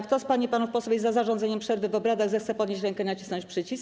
Kto z pań i panów posłów jest za zarządzeniem przerwy w obradach, zechce podnieść rękę i nacisnąć przycisk.